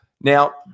Now